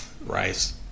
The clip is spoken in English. Rice